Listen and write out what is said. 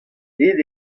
aet